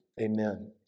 Amen